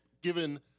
given